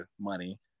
money